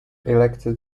elected